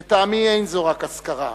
לטעמי אין זו רק אזכרה,